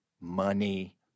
money